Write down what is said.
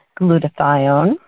glutathione